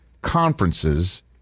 conferences